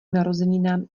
narozeninám